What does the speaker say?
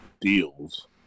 deals